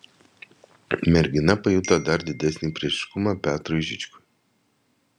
mergina pajuto dar didesnį priešiškumą petrui žičkui